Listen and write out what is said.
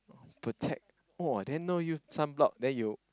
protect !wah! then no use sunblock then you